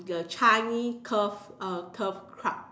the Changi curve uh turf club